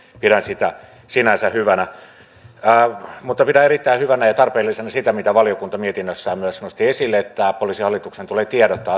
pidän sitä sinänsä hyvänä pidän erittäin hyvänä ja tarpeellisena sitä mitä valiokunta mietinnössään myös nosti esille että poliisihallituksen tulee tiedottaa